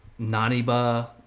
Naniba